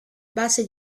base